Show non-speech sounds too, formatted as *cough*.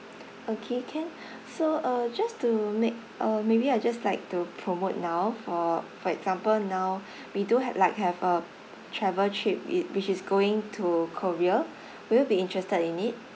okay can *breath* so uh just to make uh maybe I just like to promote now for for example now *breath* we do have like have a travel trip it which is going to korea will you be interested in it